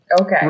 Okay